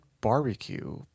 barbecue